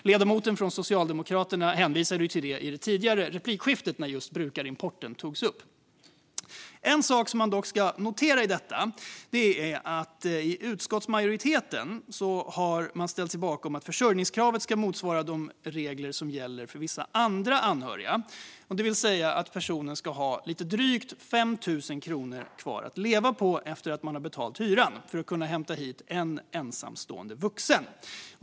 Ledamoten från Socialdemokraterna hänvisade till det i det tidigare replikskiftet när brukarimporten togs upp. En sak som man dock ska notera i detta är att utskottsmajoriteten har ställt sig bakom att försörjningskravet ska motsvara de regler som gäller för vissa andra anhöriga, det vill säga att personen ska ha drygt 5 000 kronor kvar att leva på efter att ha betalat hyran, för att kunna hämta hit en ensamstående vuxen.